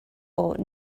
bought